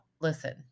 listen